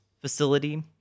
facility